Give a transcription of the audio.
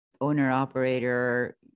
owner-operator